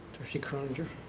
trustee croninger?